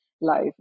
life